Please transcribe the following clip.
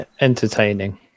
entertaining